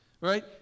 right